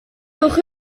hocʼh